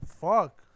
Fuck